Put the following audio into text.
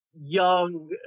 young